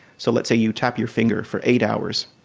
so let's say you tap your finger for eight hours,